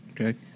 Okay